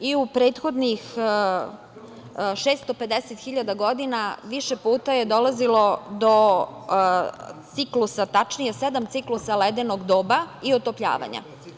U prethodnih 650.000 godina, više puta je dolazilo do ciklusa, tačnije, sedam ciklusa ledenog doba i otopljavanja.